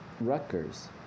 Rutgers